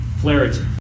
clarity